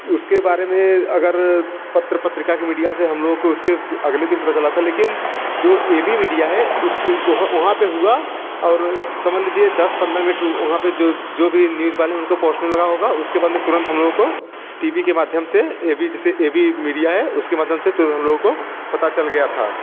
उसके बारे में अगर पत्र पत्रिका के मीडिया से हम लोगों को उसके अगले दिन पता चला था लेकिन जो ए बी मीडिया है उसको वह वहाँ पर हुआ और समझ लीजिए दस पन्द्रह मिनट वहाँ पर जो जो भी न्यूज वाले हैं उनको पहुंचने में लगा होगा उसके बाद में तुरंत हम लोगों को टी वी के माध्यम से ए वी जैसे ए वी मीडिया है उसके माध्यम से तुरंत हम लोगों को पता चल गया था